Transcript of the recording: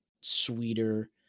sweeter